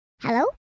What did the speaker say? Hello